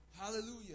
Hallelujah